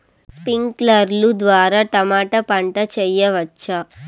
స్ప్రింక్లర్లు ద్వారా టమోటా పంట చేయవచ్చా?